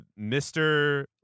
Mr